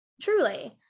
truly